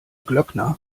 glöckner